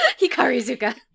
Hikarizuka